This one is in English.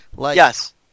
Yes